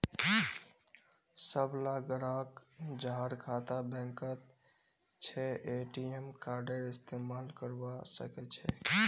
सबला ग्राहक जहार खाता बैंकत छ ए.टी.एम कार्डेर इस्तमाल करवा सके छे